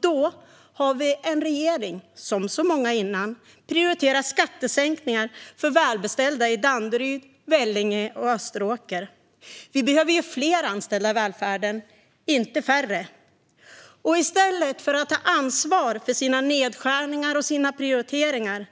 Då har vi en regering som likt så många före den prioriterar skattesänkningar för välbeställda i Danderyd, Vellinge och Österåker. Vi behöver ju fler anställda i välfärden, inte färre. I stället för att ta ansvar för sina nedskärningar och sina prioriteringar